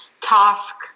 task